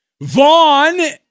Vaughn